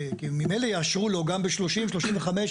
כי ממילא יאשרו לו גם ב-30-35.